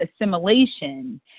assimilation